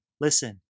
listen